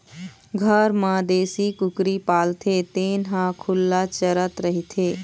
घर म देशी कुकरी पालथे तेन ह खुल्ला चरत रहिथे